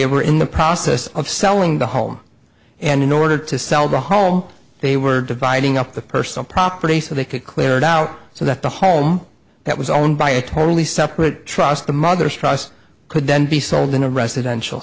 were in the process of selling the home and in order to sell the home they were dividing up the personal property so they could clear it out so that the home that was owned by a totally separate trust the mother's trust could then be sold in a residential